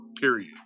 Period